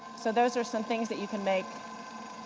so those are some things that you can make